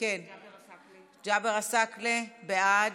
ג'אבר עסאקלה, בעד,